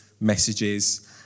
messages